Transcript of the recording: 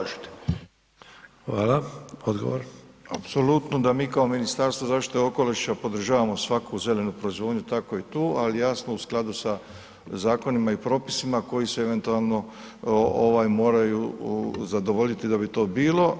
Apsolutno da mi kao Ministarstvo zaštite okoliša podržavamo svaku zelenu proizvodnju, tako i tu, ali jasno, u skladu sa zakonima i propisima koji se eventualno moraju zadovoljiti da bi to bilo.